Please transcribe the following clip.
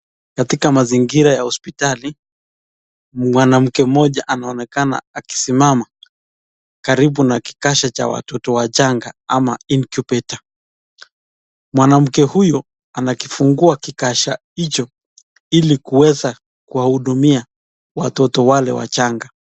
Katika mazingira ya hospitali, mwanamke mmoja anaonekana akisimama karibu na kikasha cha watoto wachanga ama incubator . Mwanamke huyu anakifungua kikasha hicho ili kuweza kuwahudumia watoto wale wachanga.